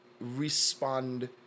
respond